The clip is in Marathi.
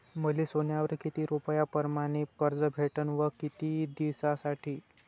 मले सोन्यावर किती रुपया परमाने कर्ज भेटन व किती दिसासाठी?